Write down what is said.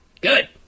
Good